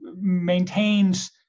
maintains